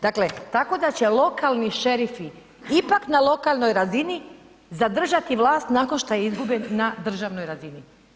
Dakle, tako da će lokalni šerifi ipak na lokalnoj razini zadržati vlast nakon što izgube na državnoj razini.